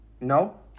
No